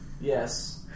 yes